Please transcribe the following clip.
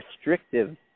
restrictive